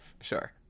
Sure